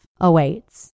awaits